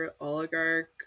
oligarch